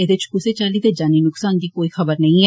ऐदे च कुसै चाल्ली दे जानी नुक्सान दी कोई खबर नेई ऐ